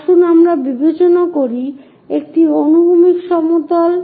আসুন আমরা বিবেচনা করি এটি অনুভূমিক সমতল